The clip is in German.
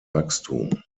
wachstum